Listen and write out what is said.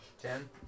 Ten